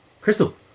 Crystal